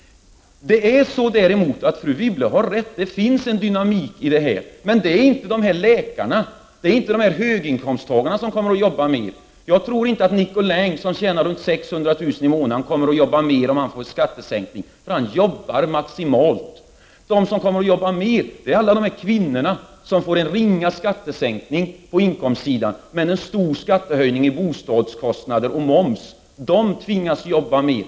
Men fru Wibble har rätt i att det finns en dynamik i det här. För den står inte läkare eller andra höginkomsttagare som kommer att jobba mer. Jag tror inte att Nicolin, som tjänar runt 600000 kr. i månaden, kommer att jobba mer om han får skattesänkning; han jobbar redan maximalt. De som kommer att jobba mer är alla de kvinnor som på inkomstsidan får en ringa skattesänkning men på utgiftssidan får en stor höjning av bostadskostnader och moms. De kommer att tvingas jobba mer.